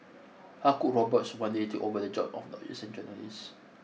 how could robots one day take over the job of lawyers and journalists